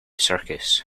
circus